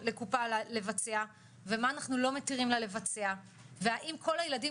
לקופה לבצע ומה אנחנו לא מתירים לה לבצע והאם כל הילדים